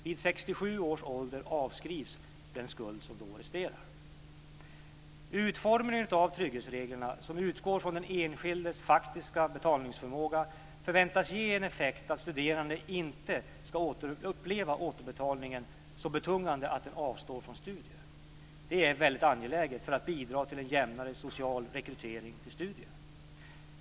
Vid 67 Utformningen av trygghetsreglerna som utgår från den enskildes faktiska betalningsförmåga förväntas ge den effekten att studerande inte ska uppleva återbetalningen så betungande att de avstår från studier. Det är angeläget för att bidra till en jämnare social rekrytering till studier.